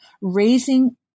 raising